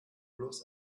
bloß